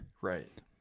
right